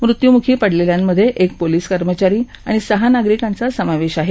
मृत्यूमुखी पडलेल्यांमधे एक पोलीस कर्मचारी आणि सहा नागरिकांचा समावेश आहे